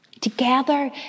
Together